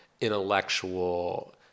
intellectual